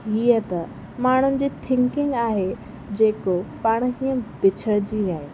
हीअं त माण्हुनि जी थिंकिंग आहे जेको पाण खे पिछड़जी विया आहियूं